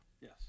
Yes